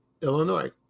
Illinois